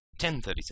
10.37